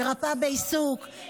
מרפאה בעיסוק,